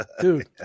dude